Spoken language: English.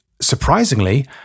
surprisingly